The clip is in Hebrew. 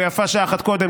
ויפה שעה אחת קודם.